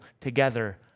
together